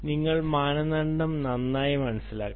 നിങ്ങൾ മാനദണ്ഡം നന്നായി മനസ്സിലാക്കണം